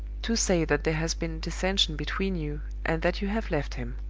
to say that there has been dissension between you, and that you have left him.